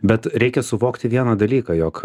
bet reikia suvokti vieną dalyką jog